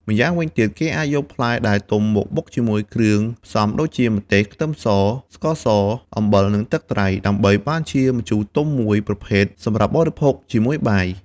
ម្យ៉ាងវិញទៀត គេអាចយកផ្លែដែលទុំមកបុកជាមួយគ្រឿងផ្សំដូចជា ម្ទេស ខ្ទឹមស ស្ករស អំបិល និងទឹកត្រី ដើម្បីបានជាម្ជូរទុំមួយប្រភេទសម្រាប់បរិភោគជាមួយបាយ។